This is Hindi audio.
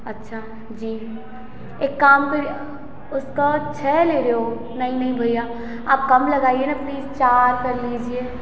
अच्छा जी एक काम करिए उसका छः ले रहे हो नई नई भैया आप कम लगाइए न प्लीज चार कर लीजिए